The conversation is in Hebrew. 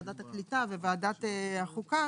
ועדת הקליטה ו-וועדת החוקה,